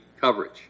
coverage